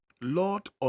Lord